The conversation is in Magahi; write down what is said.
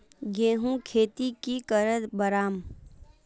गेंहू खेती की करे बढ़ाम?